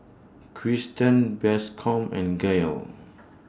Cristen Bascom and Gael